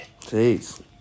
Jeez